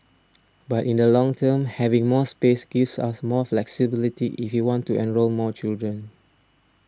but in the long term having more space gives us more flexibility if we want to enrol more children